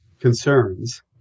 concerns